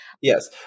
yes